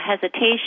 hesitation